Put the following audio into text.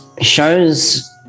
shows